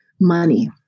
money